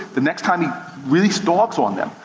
the next time he released dogs on them.